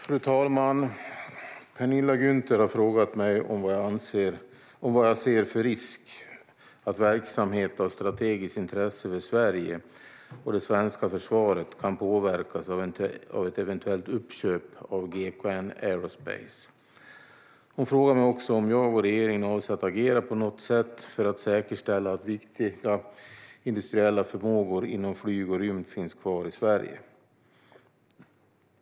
Fru talman! Penilla Gunther har frågat mig vad jag ser för risk att verksamhet av strategiskt intresse för Sverige och det svenska försvaret kan påverkas av ett eventuellt uppköp av GKN Aerospace. Hon frågar mig också om jag och regeringen avser att agera på något sätt för att säkerställa att viktiga industriella förmågor inom flyg och rymd finns kvar i Sverige.